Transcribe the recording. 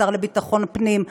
השר לביטחון פנים?